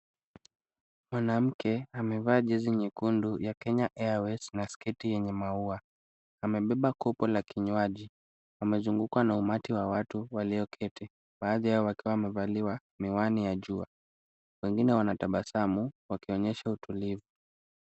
Mwanamke amevaa jezi nyekundu ya Kenya Airways na sketi yenye maua, amebeba kopo la kinywaji, amezungukwa na umati wa watu walioketi. Baadhi yao wakiwa wamevalia miwani ya jua, wengine wanatabasamu wakionyesha utulivu.